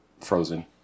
Frozen